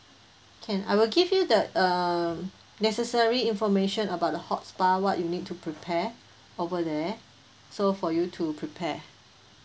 can I will give you the uh necessary information about the hot spa what you need to prepare over there so for you to prepare